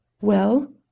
Well